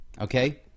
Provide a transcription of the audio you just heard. okay